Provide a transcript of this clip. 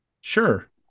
Sure